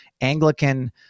Anglican